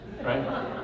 Right